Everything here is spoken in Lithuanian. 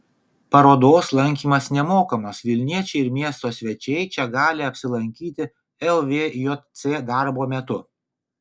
parodos lankymas nemokamas vilniečiai ir miesto svečiai čia gali apsilankyti lvjc darbo metu